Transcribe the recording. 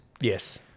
Yes